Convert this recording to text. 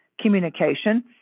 communication